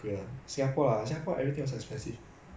you got no money but you want to buy a house in the future how